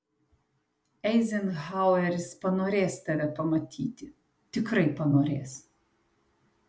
eizenhaueris panorės tave pamatyti tikrai panorės